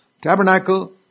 Tabernacle